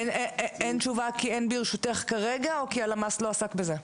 אין תשובה כי אין ברשותך כרגע או כי הלמ"ס לא עסק בזה?